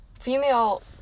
female